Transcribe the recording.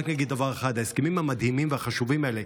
רק אגיד דבר אחד: ההסכמים המדהימים והחשובים האלה,